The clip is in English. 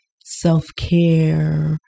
self-care